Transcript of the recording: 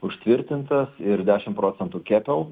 užtvirtintas ir dešimt procentų keppel